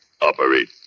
operate